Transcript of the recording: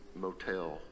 motel